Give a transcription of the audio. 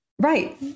Right